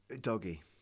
doggy